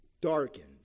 darkened